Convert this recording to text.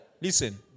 Listen